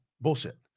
bullshit